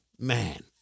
man